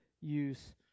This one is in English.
use